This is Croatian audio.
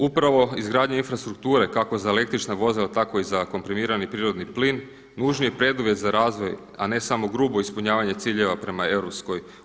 Upravo izgradnja infrastrukture kako za električna vozila tako i za komprimirani prirodni plin, nužni je preduvjet za razvoj, a ne samo grubo ispunjavanje ciljeva prema EU.